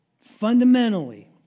fundamentally